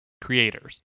creators